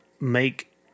make